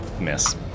Miss